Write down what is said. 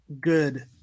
good